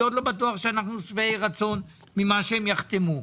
אני עוד לא בטוח שאנחנו שבעי רצון ממה שהם יחתמו.